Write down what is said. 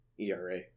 ERA